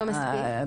לא מספיק.